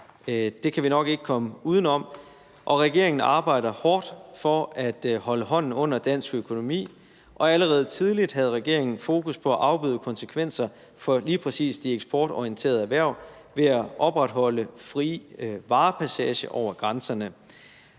det kan vi nok ikke komme uden om. Regeringen arbejder hårdt for at holde hånden under dansk økonomi, og allerede tidligt havde regeringen fokus på at afbøde konsekvenser for lige præcis de eksportorienterede erhverv ved at opretholde fri varepassage over grænserne.